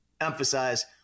emphasize